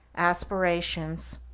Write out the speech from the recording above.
aspirations,